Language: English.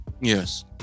Yes